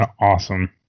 Awesome